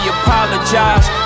apologize